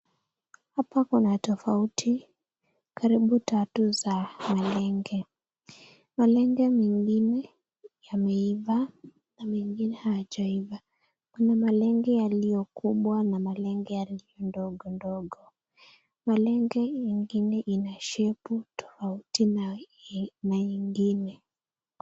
Hapa kuna tofauti karibu tatu za malenge. Malenge mengine yameiva na mengine hayajaiva, kuna malenge yalio kubwa na malenge yalio ndogo ndogo. Malenge ingine ina shapu tofauti na ingine.